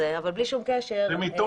זה הקנסות שהטילו, לא הקנסות שגבו.